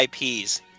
IPs